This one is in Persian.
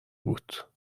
بود